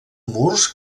murs